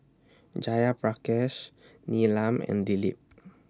Jayaprakash Neelam and Dilip